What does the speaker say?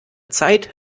zeit